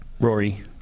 Rory